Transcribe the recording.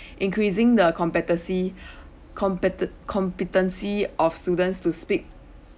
increasing the competency competen~ competency of students to speak